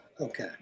Okay